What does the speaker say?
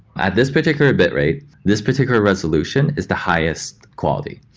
at this particular bitrate, this particular resolution is the highest quality.